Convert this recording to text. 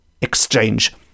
exchange